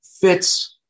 fits